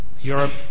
Europe